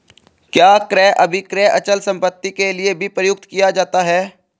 क्या क्रय अभिक्रय अचल संपत्ति के लिये भी प्रयुक्त किया जाता है?